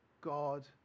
God